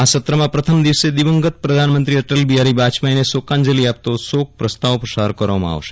આ સત્રમાં પ્રથમ દિવસે દિવંગત પ્રધાનમંત્રી અટલબિહારી વાજપેયીને શોકાંજલિ આપતો શોકપ્રસ્તાવ પસાર કરવામાં આવશે